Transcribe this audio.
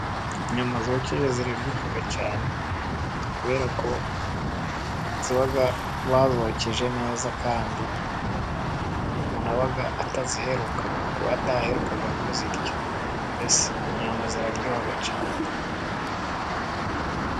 Inyama zokeje ziraryoha cyane, kubera ko ziba zokeje neza kandi umuntu aba ataziheruka, adaheruka kuzirya, mbese inyama ziraryoha cyane.